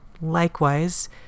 likewise